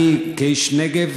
כאיש נגב